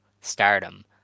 stardom